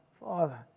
Father